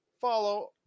follow